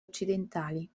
occidentali